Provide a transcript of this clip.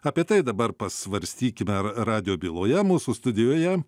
apie tai dabar pasvarstykime ar radijo byloje mūsų studijoje